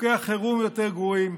חוקי החירום יותר גרועים,